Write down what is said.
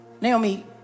Naomi